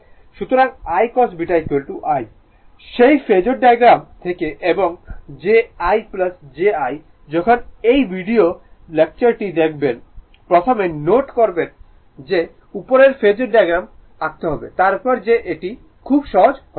সুতরাং I cos β i সেই phasor diagram থেকে এবং j i ' j i যখন এই ভিডিও বক্তৃতাটি দেখবেন প্রথমে নোট বইয়ের উপর ফেজোর ডায়াগ্রাম আঁকবেন তারপর যে এটি খুব সহজ হয়ে যাবে